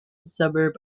suburb